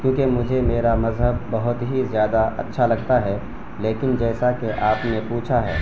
کیونکہ مجھے میرا مذہب بہت ہی زیادہ اچھا لگتا ہے لیکن جیسا کہ آپ نے پوچھا ہے